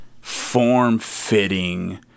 form-fitting